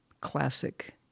classic